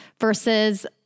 versus